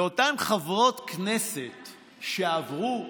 אותן חברות כנסת שעברו,